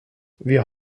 wir